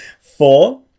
Four